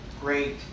great